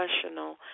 professional